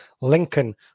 Lincoln